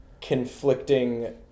conflicting